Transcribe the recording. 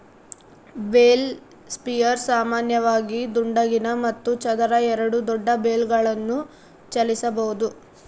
bale spears ಸಾಮಾನ್ಯವಾಗಿ ದುಂಡಗಿನ ಮತ್ತು ಚದರ ಎರಡೂ ದೊಡ್ಡ ಬೇಲ್ಗಳನ್ನು ಚಲಿಸಬೋದು